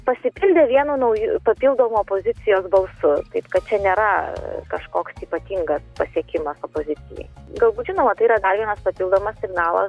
pasipildė vienu nauju papildomu opozicijos balsu taip kad čia nėra kažkoks ypatingas pasiekimas opozicijai galbūt žinoma tai yra dar vienas papildomas signalas